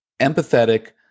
empathetic